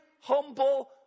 humble